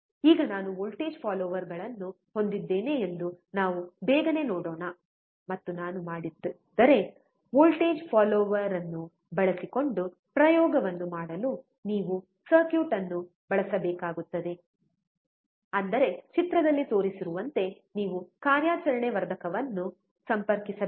ಈಗ ನಾನು ವೋಲ್ಟೇಜ್ ಫಾಲ್ಲೋರ್ಗಳನ್ನು ಹೊಂದಿದ್ದೇನೆ ಎಂದು ನಾವು ಬೇಗನೆ ನೋಡೋಣ ಮತ್ತು ನಾನು ಮಾಡದಿದ್ದರೆ ವೋಲ್ಟೇಜ್ ಫಾಲ್ಲೋರ್ ಅನ್ನು ಬಳಸಿಕೊಂಡು ಪ್ರಯೋಗವನ್ನು ಮಾಡಲು ನೀವು ಸರ್ಕ್ಯೂಟ್ ಅನ್ನು ಬಳಸಬೇಕಾಗುತ್ತದೆ ಅಂದರೆ ಚಿತ್ರದಲ್ಲಿ ತೋರಿಸಿರುವಂತೆ ನೀವು ಕಾರ್ಯಾಚರಣೆ ವರ್ಧಕವನ್ನು ಸಂಪರ್ಕಿಸಬೇಕು